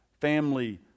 family